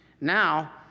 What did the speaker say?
Now